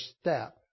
step